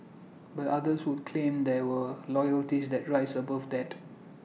but others would claim that were loyalties that rise above that